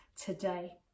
today